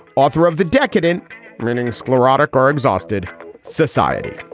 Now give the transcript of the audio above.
author of the decadent leaning, sclerotic or exhausted society